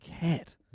cat